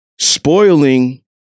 spoiling